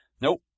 Nope